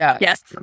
Yes